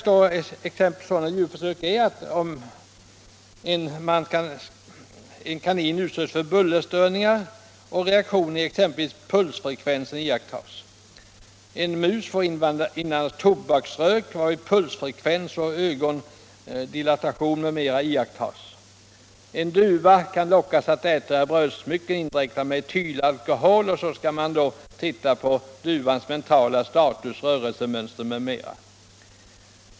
Jag fortsätter citatet: ”En kanin utsätts för bullerstörningar. Reaktioner i exempelvis pulsfrekvensen iakttas.